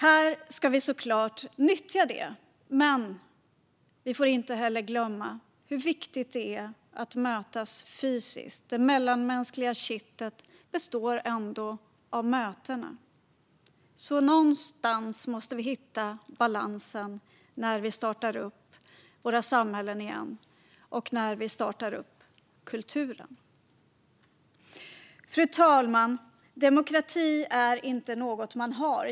Vi ska såklart nyttja dessa möjligheter, men vi får inte heller glömma hur viktigt det är att mötas fysiskt. Det mellanmänskliga kittet består ändå av mötena. Någonstans måste vi alltså hitta balansen när vi startar upp våra samhällen igen och när vi startar upp kulturen. Fru talman! Demokrati är inte något man har.